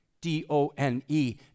D-O-N-E